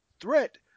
threat